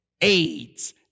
AIDS